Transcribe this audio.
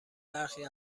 برخی